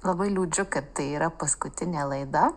labai liūdžiu kad tai yra paskutinė laida